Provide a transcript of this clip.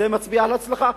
זה מצביע על הצלחה.